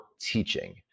teaching